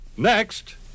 Next